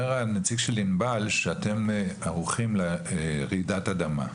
אומר הנציג של ענבל שאתם ערוכים לרעידת אדמה.